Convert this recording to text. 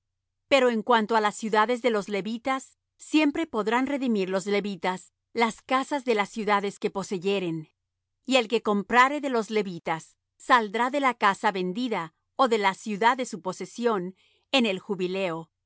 pero en cuanto á las ciudades de los levitas siempre podrán redimir los levitas las casas de las ciudades que poseyeren y el que comprare de los levitas saldrá de la casa vendida ó de la ciudad de su posesión en el jubileo